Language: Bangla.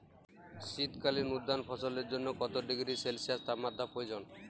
শীত কালীন উদ্যান ফসলের জন্য কত ডিগ্রী সেলসিয়াস তাপমাত্রা প্রয়োজন?